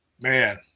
Man